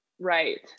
right